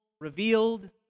revealed